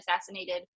assassinated